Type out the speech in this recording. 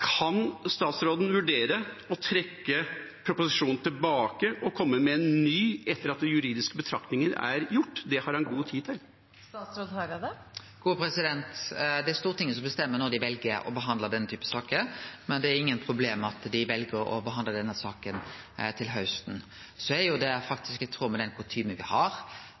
Kan statsråden vurdere å trekke proposisjonen tilbake og komme med en ny etter at juridiske betraktninger er gjort? Det har han god tid til. Det er Stortinget som bestemmer når dei vel å behandle denne typen saker, men det er ikkje eit problem at dei vel å behandle saka til hausten. Det er faktisk i tråd med den kutymen me har,